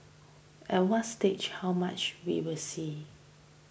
at what stage how much we will see